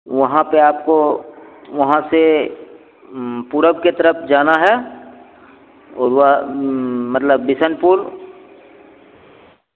वहाँ पर आपको वहाँ से पूरब के तरफ़ जाना है और वह मतलब बिसनपुर